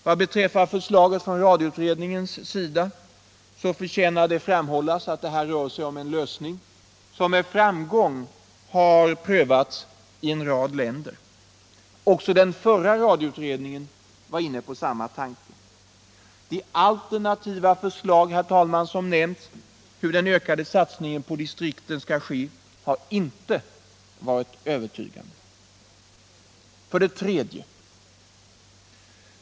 Vad beträffar förslaget från radioutredningens sida förtjänar det framhållas att det rör sig om en lösning som med framgång prövats i en rad länder. Också den förra radioutredningen var inne på samma tanke. De alternativa förslag som nämnts om hur den ökade satsningen på distrikten skall ske har inte varit övertygande. 3.